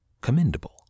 commendable